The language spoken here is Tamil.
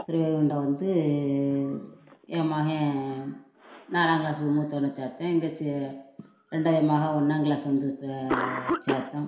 ஸ்ரீவைகுண்டம் வந்து என் மகன் நாலாங்கிளாஸ் மூத்தவனை சேர்த்தேன் இங்கே ரெண்டாவது மகள் ஒண்ணாங்கிளாஸ் வந்து சேர்த்தோம்